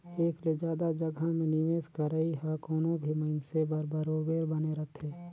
एक ले जादा जगहा में निवेस करई ह कोनो भी मइनसे बर बरोबेर बने रहथे